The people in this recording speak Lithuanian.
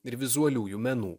ir vizualiųjų menų